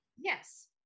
yes